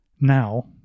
now